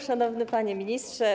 Szanowny Panie Ministrze!